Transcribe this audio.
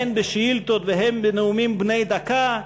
הן בשאילתות והן בנאומים בני דקה,